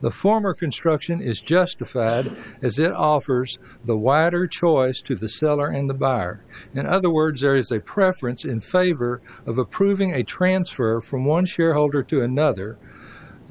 the former construction is justified as it offers the wider choice to the seller in the bar in other words there is a preference in favor of approving a transfer from one shareholder to another